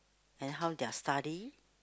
and how their study